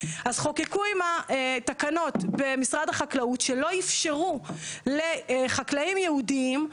אז חוקקו עם התקנות במשרד החקלאות שלא אפשרו לחקלאים יהודים,